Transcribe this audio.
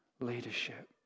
leadership